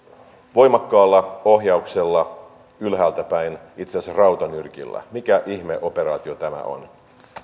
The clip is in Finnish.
voimakkaalla ohjauksella ylhäältäpäin itse asiassa rautanyrkillä mikä ihmeoperaatio tämä on